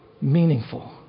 Meaningful